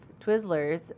Twizzlers